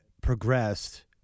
progressed